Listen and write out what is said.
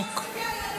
רגע.